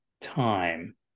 time